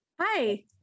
hi